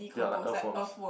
they are like earthworms